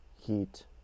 heat